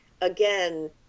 again